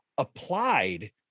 Applied